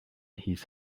his